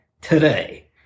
today